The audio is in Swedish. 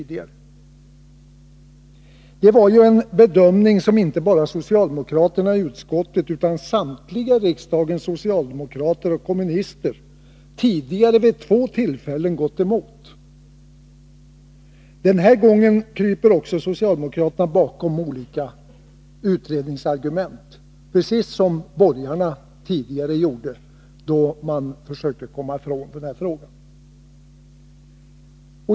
Det var en bedömning som inte bara socialdemokraterna i utskottet utan också samtliga socialdemokratiska och kommunistiska ledamöter vid två tillfällen tidigare gått emot. Den här gången kryper även socialdemokraterna bakom olika utredningsargument, — precis som borgarna tidigare gjorde, då man försökte kringgå den här frågan.